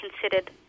considered